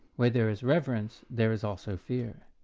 where there is reverence there is also fear.